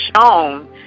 shown